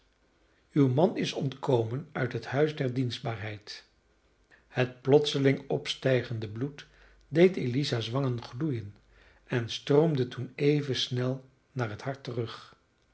uw man is ontkomen uit het huis der dienstbaarheid het plotseling opstijgende bloed deed eliza's wangen gloeien en stroomde toen even snel naar het hart terug